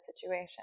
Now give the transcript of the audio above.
situation